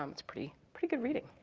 um it's pretty pretty good reading.